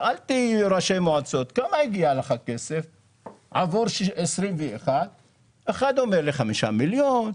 שאלתי ראשי מועצות כמה הגיע אליהם עבור שנת 2021 ואחד אמר לי 5 מיליון,